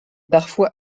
parfois